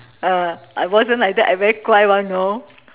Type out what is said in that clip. ah I wasn't like that I very 乖 [one] you know